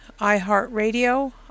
iHeartRadio